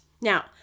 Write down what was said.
Now